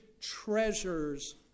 treasures